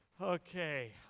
Okay